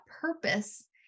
purpose